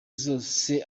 zose